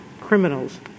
criminals